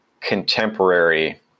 contemporary